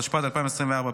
התשפ"ד 2024,